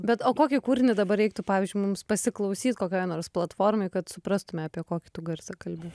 bet o kokį kūrinį dabar reiktų pavyzdžiui mums pasiklausyt kokioje nors platformoj kad suprastume apie kokį tu garsą kalbi